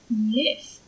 Yes